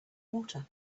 water